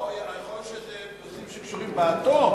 יכול להיות שאלה נושאים שקשורים לאטום,